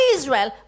Israel